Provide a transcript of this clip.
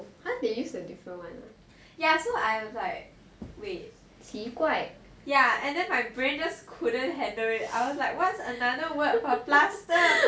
cause they use a different one ya so I was like wait 奇怪 ya and then my brain just couldn't handle it I was like what's another word for plaster